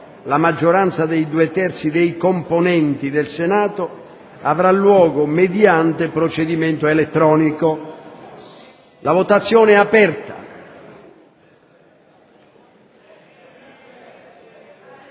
la maggioranza dei due terzi dei componenti del Senato, avrà luogo mediante procedimento elettronico. ***Votazione nominale